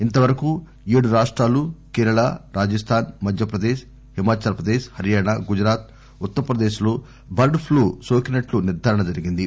ఇంత వరకూ ఏడు రాష్రాలు కేరళ రాజస్థాన్ మధ్యప్రదేశ్ హిమాచల్ ప్రదేశ్ హర్యానా గుజరాత్ ఉత్తరప్రదేశ్ లో బర్డ్ ప్లూ సోకినట్లు నిర్దారణ జరిగింది